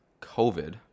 COVID